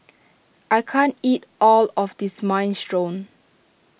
I can't eat all of this Minestrone